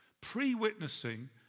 pre-witnessing